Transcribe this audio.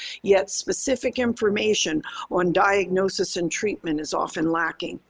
yet specific information on diagnosis and treatment is often lacking.